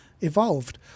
evolved